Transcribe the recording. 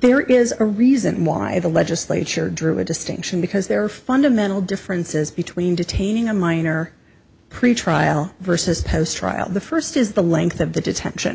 there is a reason why the legislature drew a distinction because there are fundamental differences between detaining a minor pretrial versus post trial the first is the length of the detention